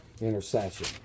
intercession